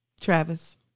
Travis